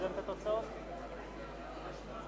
ובכן, רבותי חברי הכנסת,